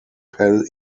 pell